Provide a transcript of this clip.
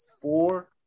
four